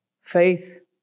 Faith